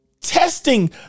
Testing